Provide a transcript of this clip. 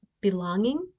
belonging